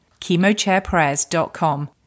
chemochairprayers.com